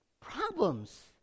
problems